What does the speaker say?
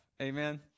Amen